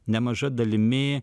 nemaža dalimi